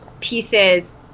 pieces